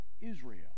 Israel